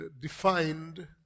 defined